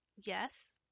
yes